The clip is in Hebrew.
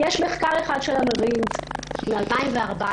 יש מחקר אחד של המרינס מ-2014,